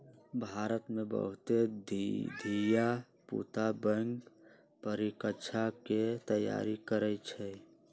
भारत में बहुते धिया पुता बैंक परीकछा के तैयारी करइ छइ